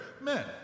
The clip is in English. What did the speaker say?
Men